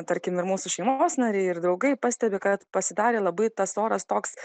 tarkim ir mūsų šeimos nariai ir draugai pastebi kad pasidarė labai tas oras toks